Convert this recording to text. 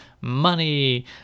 money